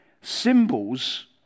symbols